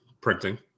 printing